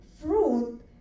fruit